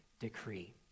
decree